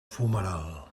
fumeral